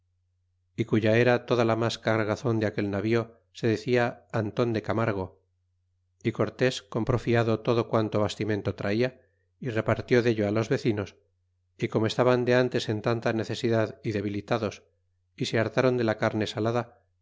y cuya era toda la mas car gazon de aquel navío se decia anton de camargo y cortes compró fiado todo quanto bastimento trata y repartió dello á los vecinos y como estaban de antes en tanta necesidad y debilitados y se hartaron de la carne salada